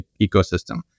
ecosystem